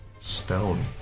Stone